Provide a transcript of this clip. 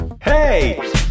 Hey